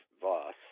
Voss